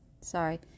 sorry